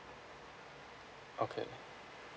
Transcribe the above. okay